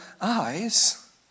eyes